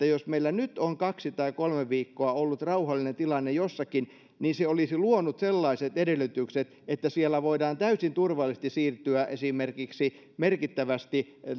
jos meillä nyt on kaksi tai kolme viikkoa ollut rauhallinen tilanne jossakin me emme voi aivan siitä tehdä suoraviivaista johtopäätöstä että se olisi luonut sellaiset edellytykset että siellä voidaan täysin turvallisesti siirtyä esimerkiksi merkittävästi